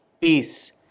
Peace